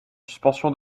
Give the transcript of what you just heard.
suspension